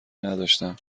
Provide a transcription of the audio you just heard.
نداشتم